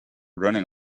running